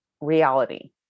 reality